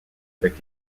avec